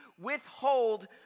withhold